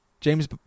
James